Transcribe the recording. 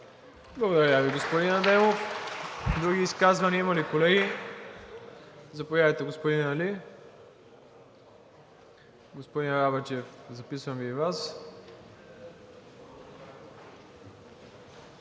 Благодаря Ви, господин Адемов. Други изказвания има ли, колеги? Заповядайте, господин Али. Господин Арабаджиев, записвам Ви и Вас.